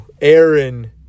Aaron